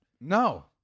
No